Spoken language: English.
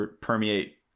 permeate